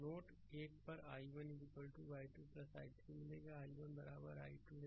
slide समय देखें 1243 तो नोड 1 पर i1 i 2 i3 मिलेगा i1 बराबर i 2 है